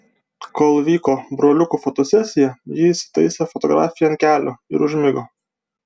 kol vyko broliukų fotosesija ji įsitaisė fotografei ant kelių ir užmigo